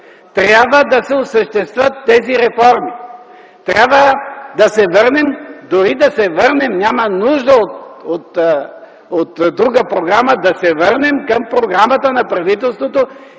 Трябва да се осъществят тези реформи! Трябва да се върнем, дори да се върнем, няма нужда от друга програма, да се върнем към програмата на правителството